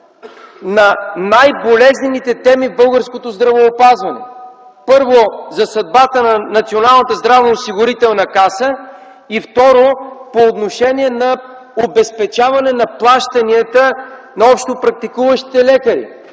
на най-болезнените теми в българското здравеопазване – първо, за съдбата на Националната здравноосигурителна каса? И второ, по отношение на обезпечаване на плащанията на общопрактикуващите лекари?